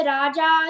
Raja